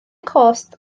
cost